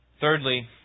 Thirdly